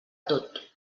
tot